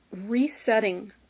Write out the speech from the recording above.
resetting